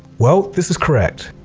well, this is correct!